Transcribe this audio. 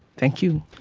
thank you.